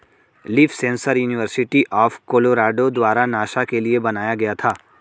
leaf sensor university of Colorado द्वारा NASA के लिए बनाया गया था